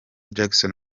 jackson